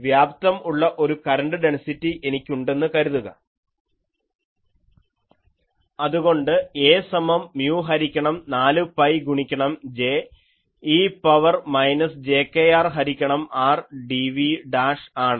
വ്യാപ്തം ഉള്ള ഒരു കരണ്ട് ഡെൻസിറ്റി എനിക്ക് ഉണ്ടെന്നു കരുതുക അതുകൊണ്ട് A സമം മ്യൂ ഹരിക്കണം 4 pi ഗുണിക്കണം J e power minus jkR ഹരിക്കണം R dv ആണ്